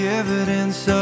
evidence